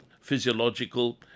physiological